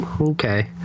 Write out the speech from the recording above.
Okay